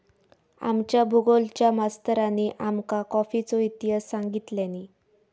आमच्या भुगोलच्या मास्तरानी आमका कॉफीचो इतिहास सांगितल्यानी